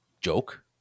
joke